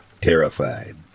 terrified